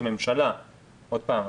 כממשלה עוד פעם,